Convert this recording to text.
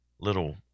little